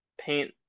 paint